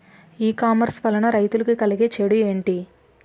ఈ కామర్స్ వలన రైతులకి కలిగే చెడు ఎంటి?